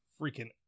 freaking